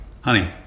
Honey